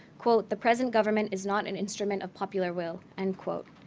quote, the present government is not an instrument of popular will, end quote.